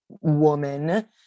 woman